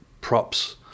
props